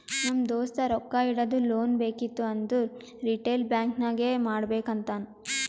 ನಮ್ ದೋಸ್ತ ರೊಕ್ಕಾ ಇಡದು, ಲೋನ್ ಬೇಕಿತ್ತು ಅಂದುರ್ ರಿಟೇಲ್ ಬ್ಯಾಂಕ್ ನಾಗೆ ಮಾಡ್ಬೇಕ್ ಅಂತಾನ್